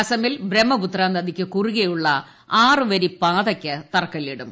അസമിൽ ബ്രഹ്മപുത്ര നദിക്കു കുറുകെയുള്ള ആറുവരി പാതയ്ക്ക് തറക്കല്ലിടും